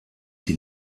sie